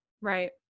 Right